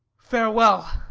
farewell!